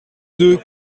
deux